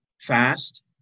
fast